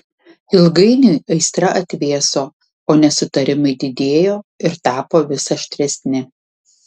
ilgainiui aistra atvėso o nesutarimai didėjo ir tapo vis aštresni